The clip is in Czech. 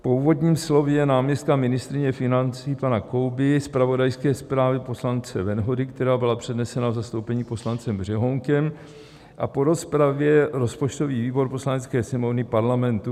Po úvodním slově náměstka ministryně financí pana Kouby, zpravodajské zprávě poslance Venhody, která byla přednesena v zastoupení poslancem Řehounkem, a po rozpravě rozpočtový výbor Poslanecké sněmovny Parlamentu: